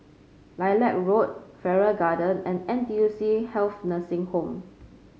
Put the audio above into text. Lilac Road Farrer Garden and N T U C Health Nursing Home